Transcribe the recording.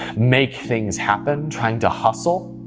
make things happen, trying to hustle.